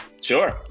Sure